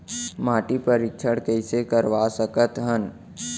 माटी परीक्षण कइसे करवा सकत हन?